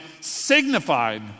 signified